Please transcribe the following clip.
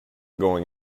going